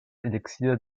elixier